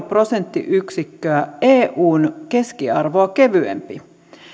prosenttiyksikköä eun keskiarvoa kevyempi